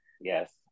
Yes